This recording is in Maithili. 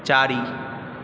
चारि